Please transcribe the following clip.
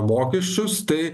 mokesčius tai